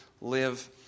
live